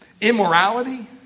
immorality